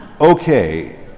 Okay